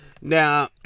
Now